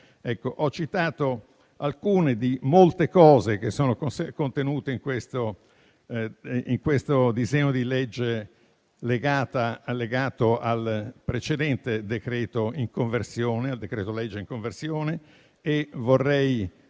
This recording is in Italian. Ho citato alcune tra le molte cose che sono contenute in questo disegno di legge legato al precedente decreto-legge in conversione. Vorrei